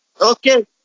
Okay